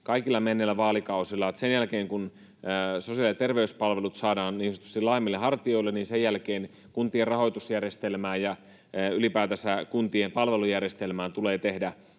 kaikilla menneillä vaalikausilla, että sen jälkeen, kun sosiaali‑ ja terveyspalvelut saadaan niin sanotusti laajemmille hartioille, kuntien rahoitusjärjestelmään ja ylipäätänsä kuntien palvelujärjestelmään tulee tehdä